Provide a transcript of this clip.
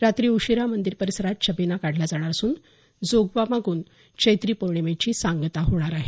रात्री उशिरा मंदिर परिसरात छबिना काढला जाणार असून जोगवा मागून चैत्री पोर्णिमेची सांगता होणार आहे